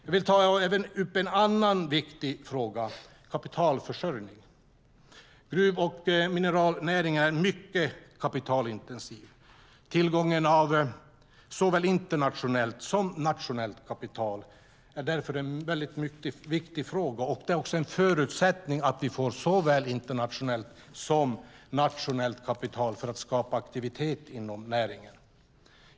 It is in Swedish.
Jag vill även ta upp en annan viktig fråga. Det gäller kapitalförsörjning. Gruv och mineralnäringen är mycket kapitalintensiv. Tillgång till såväl internationellt som nationellt kapital är därför en mycket viktig fråga. Det är också en förutsättning att vi får såväl internationellt som nationellt kapital för att skapa aktivitet inom näringen.